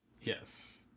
Yes